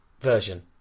version